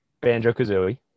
Banjo-Kazooie